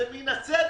זה מן הצדק.